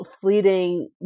fleeting